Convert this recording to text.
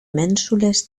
mènsules